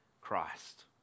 Christ